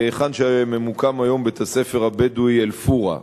היכן שממוקם היום בית-הספר הבדואי "אל-פורעה".